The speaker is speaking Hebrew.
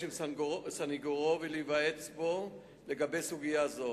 עם סניגורו ולהיוועץ בו לגבי סוגיה זו.